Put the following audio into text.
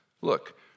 look